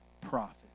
prophet